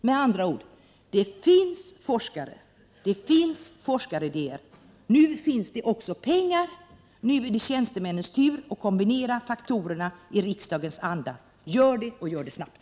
Med andra ord finns det forskare och forskaridéer. Nu finns det också pengar. Nu är det tjänstemännens tur att kombinera faktorerna i riksdagens anda. Gör det, och gör det snabbt!